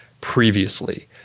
previously